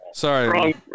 Sorry